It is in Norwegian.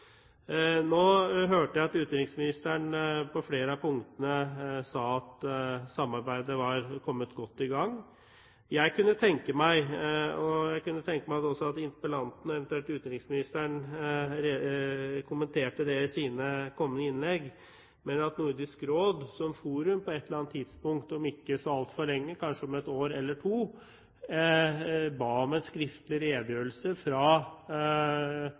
Nå hørte jeg at utenriksministeren på flere av punktene sa at samarbeidet var kommet godt i gang. Jeg kunne tenke meg at interpellanten, eventuelt utenriksministeren, kommenterte dette i sine kommende innlegg, og at Nordisk Råd som forum på et eller annet tidspunkt om ikke så altfor lenge, kanskje om et år eller to, ba om en skriftlig redegjørelse fra